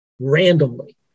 randomly